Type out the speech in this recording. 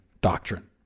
doctrine